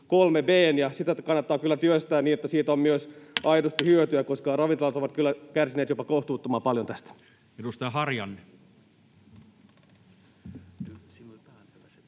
sitä kannattaa kyllä työstää niin, että siitä on myös aidosti hyötyä, koska ravintolat ovat kyllä kärsineet jopa kohtuuttoman paljon tästä. [Speech 62]